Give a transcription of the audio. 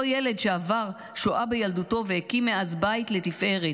אותו ילד שעבר שואה בילדותו והקים מאז בית לתפארת,